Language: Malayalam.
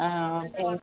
ആ ഒക്കെ